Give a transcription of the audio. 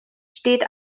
steht